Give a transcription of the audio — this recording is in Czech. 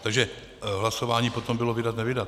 Takže hlasování potom bylo vydat nevydat.